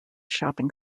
shopping